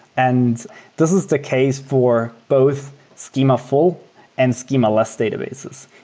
and this is the case for both schema-full and schema-less databases.